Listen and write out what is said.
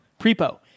Prepo